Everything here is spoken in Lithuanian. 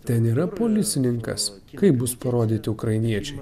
ten yra policininkas kaip bus parodyti ukrainiečiai